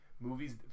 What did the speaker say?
Movies